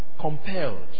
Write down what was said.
compelled